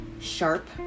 sharp